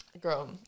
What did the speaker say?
girl